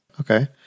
Okay